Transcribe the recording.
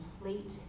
complete